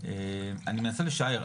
אני מנסה לשער.